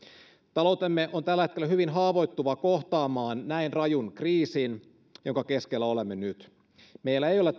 taloutemme on tällä hetkellä hyvin haavoittuva kohtaamaan näin rajun kriisin jonka keskellä olemme nyt meillä ei ole